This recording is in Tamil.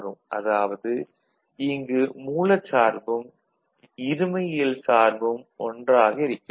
அதாவது இங்கு மூலச்சார்பும் இருமையியல் சார்பு ஒன்றாக இருக்கிறது